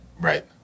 Right